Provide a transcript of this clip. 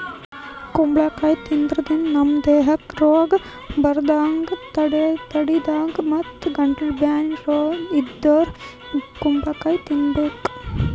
ಕುಂಬಳಕಾಯಿ ತಿನ್ನಾದ್ರಿನ್ದ ನಮ್ ದೇಹಕ್ಕ್ ರೋಗ್ ಬರಲಾರದಂಗ್ ತಡಿತದ್ ಮತ್ತ್ ಗಂಟಲ್ ಬ್ಯಾನಿ ಇದ್ದೋರ್ ಕುಂಬಳಕಾಯಿ ತಿನ್ಬೇಕ್